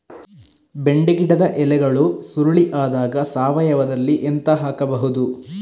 ಬೆಂಡೆ ಗಿಡದ ಎಲೆಗಳು ಸುರುಳಿ ಆದಾಗ ಸಾವಯವದಲ್ಲಿ ಎಂತ ಹಾಕಬಹುದು?